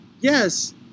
yes